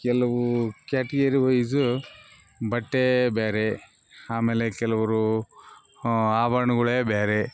ಕೆಲವು category wise ಬಟ್ಟೆ ಬೇರೆ ಆಮೇಲೆ ಕೆಲವರು ಆಭರ್ಣಗಳೇ ಬೇರೆ